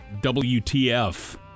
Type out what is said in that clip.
WTF